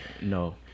No